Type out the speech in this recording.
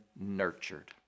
nurtured